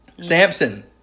Samson